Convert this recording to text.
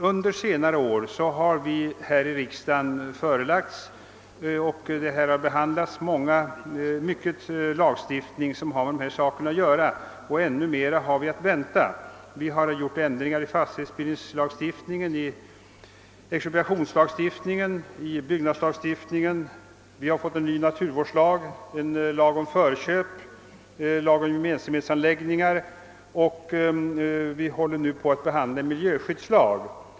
Under senare år har vi här i riksdagen behandlat mycken lagstiftning som har med de sakerna att göra, och ännu flera ärenden har vi att vänta. Vi har genomfört ändringar i fastighetslagstiftningen, i expropriationslagstiftningen och i byggnadslagstiftningen. Vi har vidare fått en ny naturvårdslag, en lag om förköp och en lag om gemensamhetsanläggningar och håller nu på att behandla en miljöskyddslag.